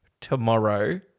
tomorrow